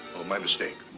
oh, my mistake.